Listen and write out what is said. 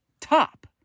top